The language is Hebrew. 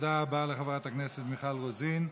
תודה רבה לחברת הכנסת מיכל רוזין.